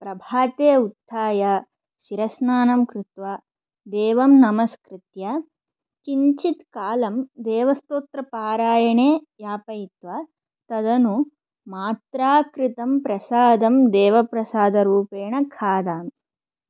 प्रभाते उत्थाय शिरःस्नानं कृत्वा देवं नमस्कृत्य किञ्चित् कालं देवस्तोत्रपारायणे यापयित्वा तदनु मात्रा कृतं प्रसादं देवप्रसादरूपेण खादामि